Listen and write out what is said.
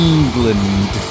England